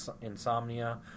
insomnia